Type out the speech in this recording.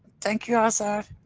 thank you azar.